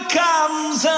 comes